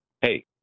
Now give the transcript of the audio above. Hey